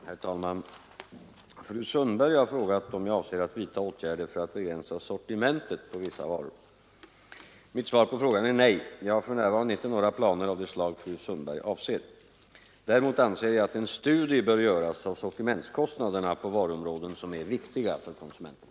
Herr talman! Fru Sundberg har frågat om jag avser att vidta åtgärder för att begränsa sortimentet på vissa varor. Mitt svar på frågan är nej. Jag har för närvarande inte några planer av det slag fru Sundberg avser. Däremot anser jag att en studie bör göras av sortimentskostnaderna på varuområden som är viktiga för konsumenterna.